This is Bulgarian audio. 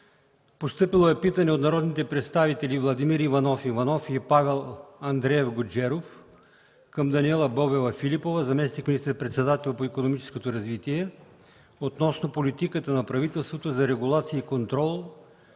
постъпило е питане от народните представители Владимир Иванов Иванов и Павел Андреев Гуджеров към Даниела Бобева-Филипова – заместник министър-председател по икономическото развитие, относно политиката на правителството за регулация и контрол